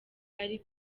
ari